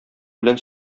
белән